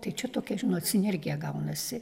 tai čia tokia žinot sinergija gaunasi